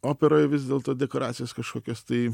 operoj vis dėlto dekoracijos kažkokios tai